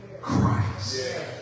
Christ